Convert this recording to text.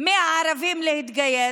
מהערבים להתגייס,